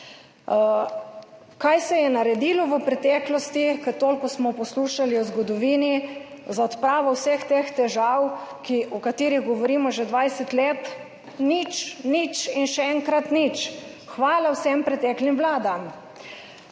Kaj se je naredilo v preteklosti, ker smo toliko poslušali o zgodovini, za odpravo vseh teh težav, o katerih govorimo že 20 let? Nič, nič in še enkrat nič. Hvala vsem preteklim vladam!